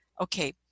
Okay